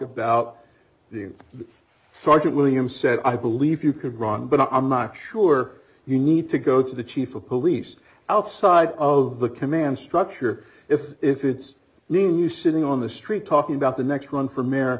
about the sergeant william said i believe you could be wrong but i'm not sure you need to go to the chief of police outside of the command structure if if it's leaving you sitting on the street talking about the next run for mayor